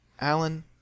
alan